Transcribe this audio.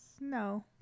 no